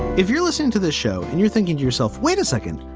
if you're listen to this show and you're thinking to yourself, wait a second,